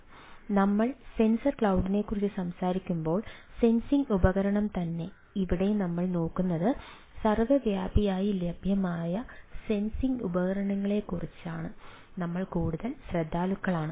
അതിനാൽ നമ്മൾ സെൻസർ ക്ലൌഡിനെക്കുറിച്ച് സംസാരിക്കുമ്പോൾ സെൻസിംഗ് ഉപകരണം തന്നെ ഇവിടെ നമ്മൾ നോക്കുന്നത് സർവ്വവ്യാപിയായി ലഭ്യമായ സെൻസിംഗ് ഉപകരണങ്ങളാണെന്നതിനെക്കുറിച്ച് നമ്മൾ കൂടുതൽ ശ്രദ്ധാലുക്കളാണ്